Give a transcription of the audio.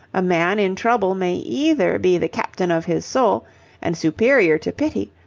a man in trouble may either be the captain of his soul and superior to pity,